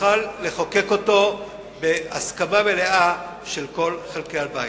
שנוכל לחוקק אותו בהסכמה מלאה של כל חלקי הבית.